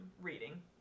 reading